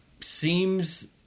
seems